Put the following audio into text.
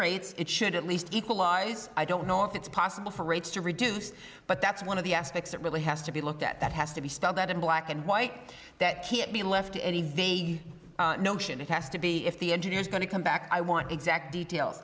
rates it should at least equalize i don't know if it's possible for rates to reduce but that's one of the aspects that really has to be looked at that has to be spelled out in black and white that can't be left to any the notion it has to be if the engineer is going to come back i want exact details